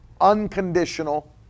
unconditional